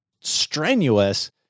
strenuous